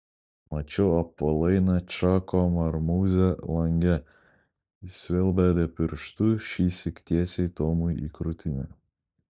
mačiau apvalainą čako marmūzę lange jis vėl bedė pirštu šįsyk tiesiai tomui į krūtinę